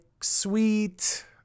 sweet